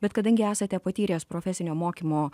bet kadangi esate patyręs profesinio mokymo